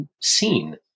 seen